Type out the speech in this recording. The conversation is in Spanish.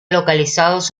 localizados